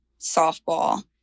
softball